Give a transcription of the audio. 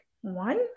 one